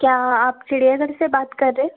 क्या आप चिड़ियाघर से बात कर रहे हैं